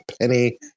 penny